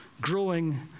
growing